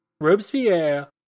Robespierre